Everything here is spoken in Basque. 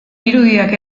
irudiak